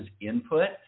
input